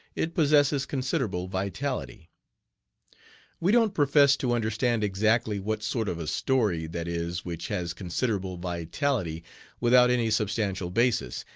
it possesses considerable vitality we don't profess to understand exactly what sort of a story that is which has considerable vitality without any substantial basis,